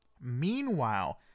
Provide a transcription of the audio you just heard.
meanwhile